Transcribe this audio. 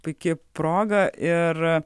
puiki proga ir